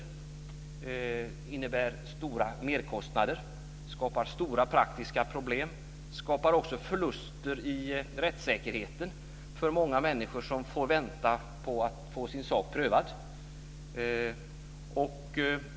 De innebär stora merkostnader, skapar stora praktiska problem och leder också till stora förluster i rättssäkerheten för många människor som får vänta på att få sin sak prövad.